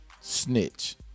Snitch